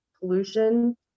pollution